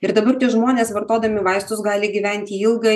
ir dabar tie žmonės vartodami vaistus gali gyventi ilgą